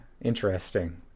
interesting